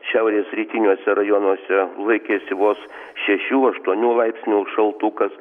šiaurės rytiniuose rajonuose laikėsi vos šešių aštuonių laipsnių šaltukas